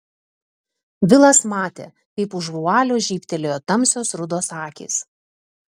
vilas matė kaip už vualio žybtelėjo tamsios rudos akys